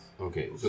Okay